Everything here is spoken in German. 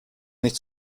nicht